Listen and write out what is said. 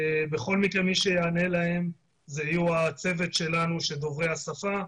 בכל מקרה מי שיענה להם זה יהיה הצוות שלנו שהם דוברי השפה,